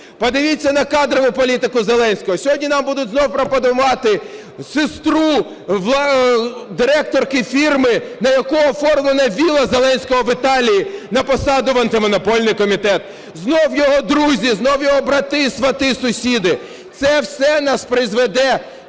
Подивіться на кадрову політику Зеленського. Сьогодні нам будуть знову пропонувати сестру директорки фірми, на яку оформлена вілла Зеленського в Італії, на посаду в Антимонопольний комітет. Знову його друзі, знову його брати, свати, сусіди. Це все нас призведе